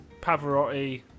Pavarotti